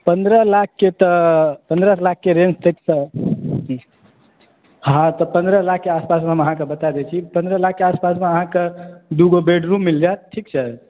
पन्द्रह लाख के तऽ पन्द्रह लाख के रेंज तक तऽ हॅं तऽ पन्द्रह लाख के आसपासमे अहाँ के बता दै छी पन्द्रह लाख के तऽ अहाँके दू गो बेड रूम मिल जायत ठीक छै